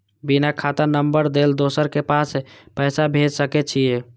बिना खाता नंबर लेल दोसर के पास पैसा भेज सके छीए?